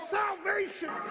salvation